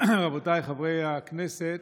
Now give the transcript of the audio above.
רבותיי חברי הכנסת,